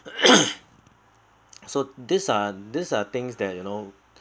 so these are these are things that you know